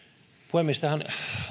puhemies tähän